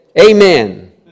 Amen